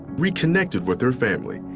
reconnected with her family,